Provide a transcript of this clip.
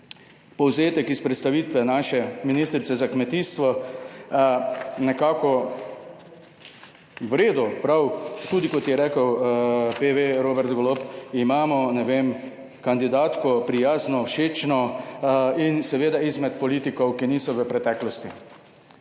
povzetek iz predstavitve naše ministrice za kmetijstvo, nekako, v redu, prav, tudi kot je rekel PV, Robert Golob, imamo, ne vem, kandidatko prijazno, všečno in seveda izmed politikov, ki niso v preteklosti.